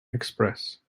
express